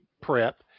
prep